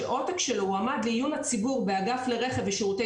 שעותק שלו הועמד לעיון הציבור באגף לרכב ושירותי